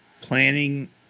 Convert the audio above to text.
Planning